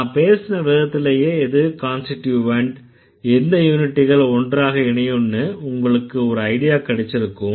நான் பேசுன விதத்திலயே எது கான்ஸ்டிட்யூவன்ட் எந்த யூனிட்கள் ஒன்றாக இணையும்னு உங்களுக்கு ஒரு ஐடியா கிடைச்சிருக்கும்